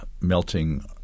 melting